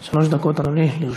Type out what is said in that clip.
אדוני, שלוש דקות לרשותך.